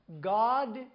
God